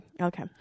Okay